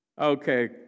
Okay